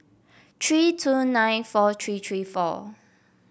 three two nine four three three four